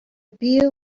beer